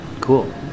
Cool